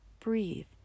breathe